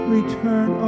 Return